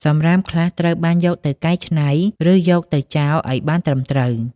សំរាមខ្លះត្រូវបានយកទៅកែច្នៃ ឬយកទៅចោលឱ្យបានត្រឹមត្រូវ។